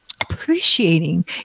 appreciating